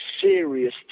serious